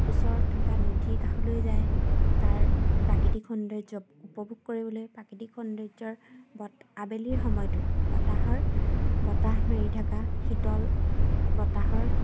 ওচৰত থকা নদীৰ কাষলৈ যায় তাৰ প্ৰাকৃতিক সৌন্দৰ্য উপভোগ কৰিবলৈ প্ৰাকৃতিক সৌন্দৰ্যৰ আবেলিৰ সময়টোত বতাহৰ বতাহ মাৰি থকা শীতল বতাহৰ